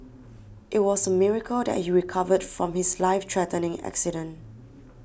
it was a miracle that he recovered from his life threatening accident